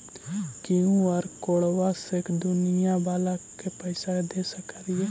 QR कोडबा से दुकनिया बाला के पैसा दे सक्रिय?